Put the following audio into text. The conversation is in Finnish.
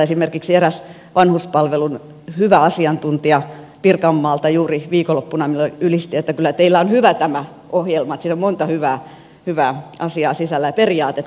esimerkiksi eräs vanhuspalvelun hyvä asiantuntija pirkanmaalta juuri viikonloppuna minulle ylisti että kyllä teillä on hyvä tämä ohjelma että siellä on monta hyvää asiaa sisällä ja periaatetta